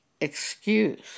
excuse